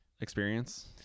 experience